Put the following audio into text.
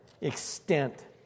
extent